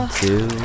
two